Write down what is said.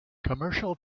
commercial